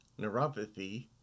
neuropathy